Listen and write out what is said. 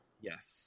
Yes